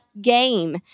game